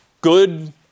good